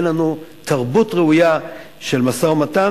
אין לנו תרבות ראויה של משא-ומתן,